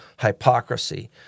Hypocrisy